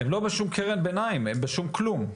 הם לא בשוק קרן ביניים, הם בשוק כלום.